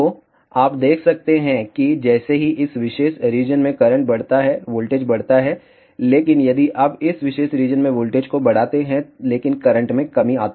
तो आप देख सकते हैं कि जैसे ही इस विशेष रीजन में करंट बढ़ता है वोल्टेज बढ़ता है लेकिन यदि आप इस विशेष रीजन में वोल्टेज को बढ़ाते हैं लेकिन करंट में कमी आती है